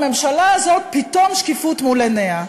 הממשלה הזאת, פתאום שקיפות מול עיניה.